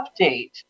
update